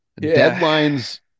Deadlines